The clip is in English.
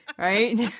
Right